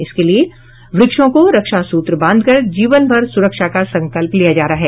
इसके लिये वृक्षों को रक्षा सूत्र बांधकर जीवन भर सुरक्षा का संकल्प लिया जा रहा है